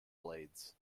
blades